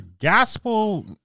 Gospel